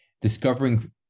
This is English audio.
discovering